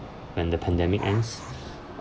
when the pandemic ends